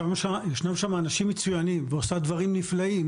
ולהתכוונן, לכוון את המערכת כדי להגיע ליעד הזה.